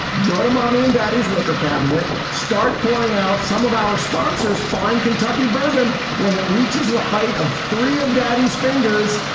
go to mommy and daddy's liquor cabinet. start pouring out. some of our sponsors find kentucky bourbon when it reaches the height of three of daddy's fingers.